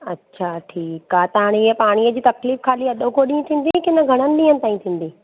अच्छा ठीकु आहे त हाणे हीअ पाणीअ जी तकलीफ़ खाली अॼोको ॾींहुं थींदी की न घणनि ॾींहंनि ताईं थींदी